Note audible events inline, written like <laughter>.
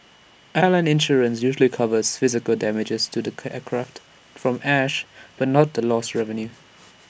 airline insurance usually covers physical damage to the <unintelligible> aircraft from ash but not the lost revenue